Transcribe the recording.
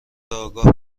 آگاه